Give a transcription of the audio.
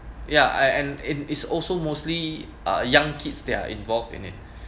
ya and and it is also mostly uh young kids they are involved in it